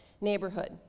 neighborhood